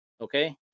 Okay